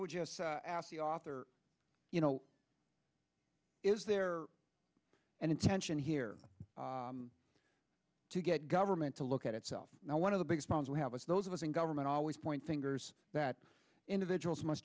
would just ask the author you know is there an intention here to get government to look at itself now one of the biggest names we have as those of us in government always point fingers that individuals must